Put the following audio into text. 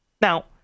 Now